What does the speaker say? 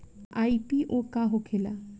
IPO का होखेला?